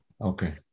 okay